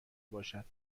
باشد